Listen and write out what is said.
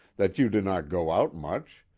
that you do not go out much,